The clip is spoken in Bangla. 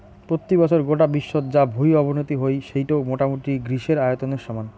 পত্যি বছর গোটা বিশ্বত যা ভুঁই অবনতি হই সেইটো মোটামুটি গ্রীসের আয়তনের সমান